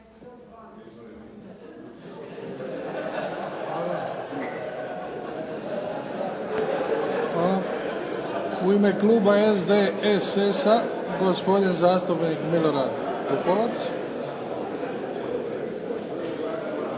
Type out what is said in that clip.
U ime kluba SDSS-a gospodin zastupnik Milorad